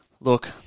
look